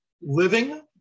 living